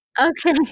Okay